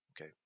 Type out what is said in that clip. Okay